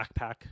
backpack